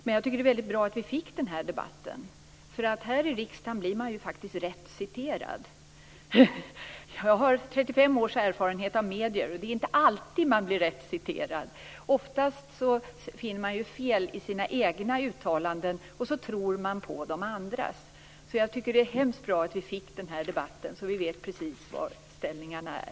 Det är väldigt bra att vi fick den här debatten, därför att här i kammaren blir man rätt citerad. Jag har 35 års erfarenhet av medier, och det är inte alltid man blir rätt citerad. Oftast finner man fel i sina egna uttalanden, och man tror på de andras. Det är därför bra att vi fick den här debatten, så att vi vet precis var ställningarna är.